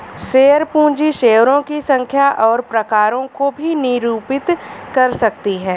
share पूंजी शेयरों की संख्या और प्रकारों को भी निरूपित कर सकती है